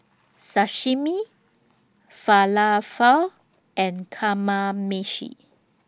Sashimi Falafel and Kamameshi